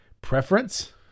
preference